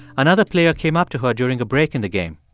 another player came up to her during a break in the game.